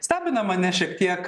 stebina mane šiek tiek